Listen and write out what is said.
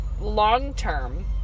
long-term